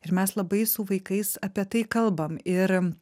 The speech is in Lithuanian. ir mes labai su vaikais apie tai kalbam ir